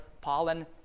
pollen